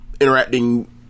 interacting